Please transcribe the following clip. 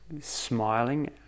smiling